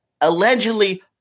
allegedly